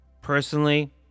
Personally